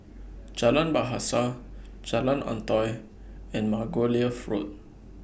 Jalan Bahasa Jalan Antoi and Margoliouth Road